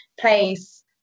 place